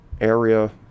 area